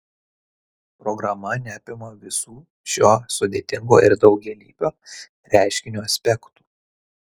programa neapima visų šio sudėtingo ir daugialypio reiškinio aspektų